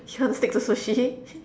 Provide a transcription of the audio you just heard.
still want to stick to sushi